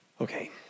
Okay